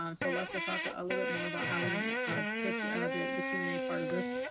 um so les will talk a little bit more about how we're going take the the q and a part of this.